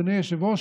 אדוני היושב-ראש,